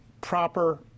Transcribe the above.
proper